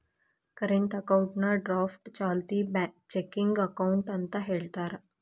current ಅಕೌಂಟ್ನಾ draft ಚಾಲ್ತಿ checking account ಅಂತ ಹೇಳ್ತಾರ